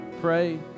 pray